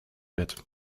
wird